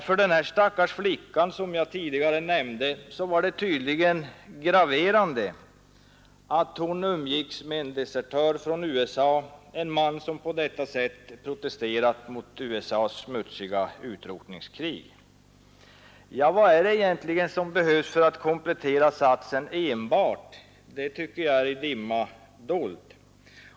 För den här stackars flickan som jag tidigare nämnde var det tydligen graverande att hon umgicks med en desertör från USA — en man som på detta sätt protesterat mot USA:s smutsiga utrotningskrig. Vad är det egentligen som behövs för att komplettera uttrycket ”enbart”? Det tycker jag är i dimma dolt.